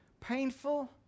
painful